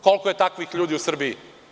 Koliko je takvih ljudi u Srbiji?